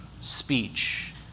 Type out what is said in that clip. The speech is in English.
speech